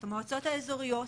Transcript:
את המועצות האזוריות,